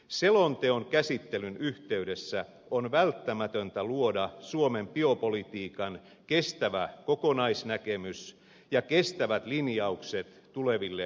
selonteon käsittelyn yh teydessä on välttämätöntä luoda suomen biopolitiikan kestävä kokonaisnäkemys ja kestävät linjaukset tuleville vuosikymmenille